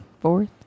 fourth